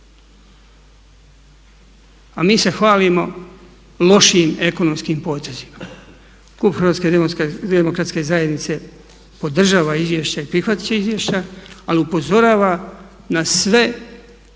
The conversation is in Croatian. A mi se hvalimo lošim ekonomskim potezima. Klub HDZ-a podržava izvješće i prihvatit će izvješće ali upozorava na sve